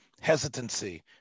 hesitancy